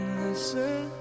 listen